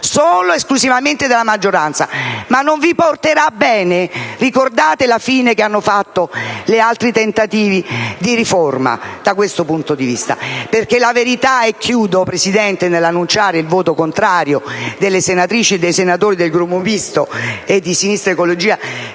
solo ed esclusivamente della maggioranza. Ma non vi porterà bene: ricordate la fine che hanno fatto gli altri tentativi di riforma da questo punto di vista. La verità - e termino il mio intervento, Presidente, dichiarando il voto contrario delle senatrici e dei senatori del Gruppo Misto Sinistra Ecologia